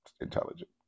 intelligent